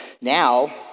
now